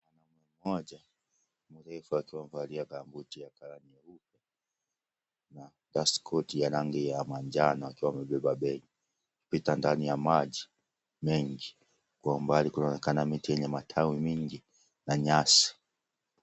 Mwanaume mmoja mrefu akiwa amevalia gambuti ya colour nyeupe na dasitikoti ya rangi ya manjano akiwa amebeba begiakipita ndani ya maji mengi, kwa umbali kunaonekana miti yenye matawi mengi na nyasi.